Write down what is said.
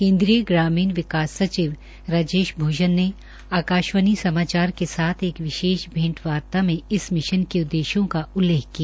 केन्द्रीय ग्रामीण विकास सचिव राजेश भूषण ने आकाशवाणी समाचार के साथ एक विशेष भेटवार्ता में इस मिशन के उद्देश्यों का उल्लेख किया